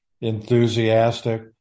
enthusiastic